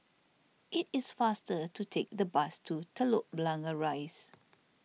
it is faster to take the bus to Telok Blangah Rise